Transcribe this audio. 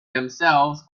themselves